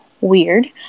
weird